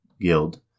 guild